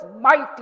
mighty